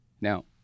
Now